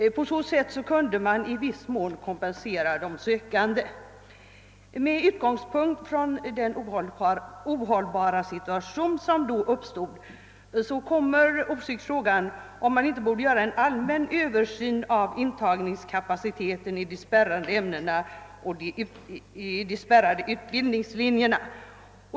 Med utgångspunkt i den ohållbara situation som uppstod frågar man sig osökt, om det inte borde göras en allmän Översyn av intagningskapaciteten i de spärrade ämnena och på de spärrade utbildningslinjerna.